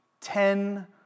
ten